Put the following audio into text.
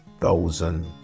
thousand